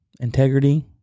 integrity